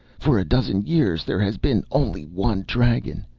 for a dozen years there has been only one dragon.